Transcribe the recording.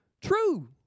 True